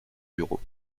bureau